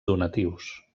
donatius